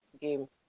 game